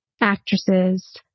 actresses